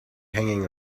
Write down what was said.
hanging